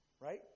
right